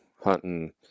hunting